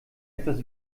etwas